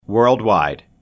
Worldwide